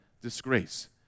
disgrace